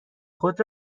خود